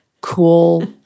cool